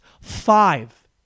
Five